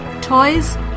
toys